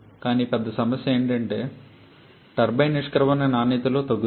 కానీ పెద్ద సమస్య ఏమిటంటే టర్బైన్ నిష్క్రమణ నాణ్యతలో తగ్గుదల